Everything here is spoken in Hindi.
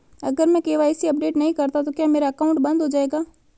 अगर मैं के.वाई.सी अपडेट नहीं करता तो क्या मेरा अकाउंट बंद हो जाएगा?